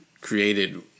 created